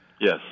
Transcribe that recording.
Yes